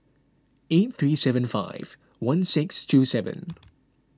eight three seven five one six two seven